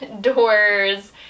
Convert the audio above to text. doors